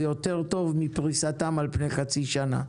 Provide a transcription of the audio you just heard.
זה יותר טוב מפריסתם על פני חצי שנה.